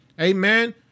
amen